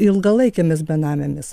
ilgalaikėmis benamėmis